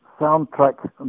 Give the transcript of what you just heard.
soundtrack